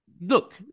look